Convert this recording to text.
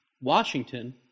Washington